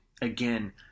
Again